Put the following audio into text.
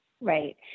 Right